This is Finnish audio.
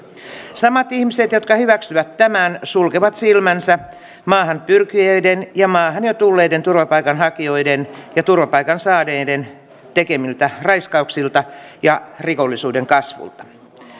samat ihmiset jotka hyväksyvät tämän sulkevat silmänsä maahan pyrkijöiden ja maahan jo tulleiden turvapaikanhakijoiden ja turvapaikan saaneiden tekemiltä raiskauksilta ja rikollisuuden kasvulta